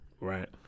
Right